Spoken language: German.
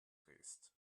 drehst